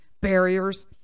barriers